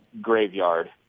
graveyard